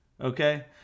Okay